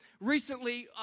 Recently